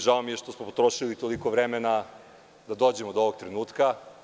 Žao mi je što smo potrošili toliko vremena da dođemo do ovog trenutka.